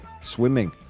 Swimming